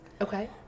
Okay